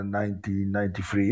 1993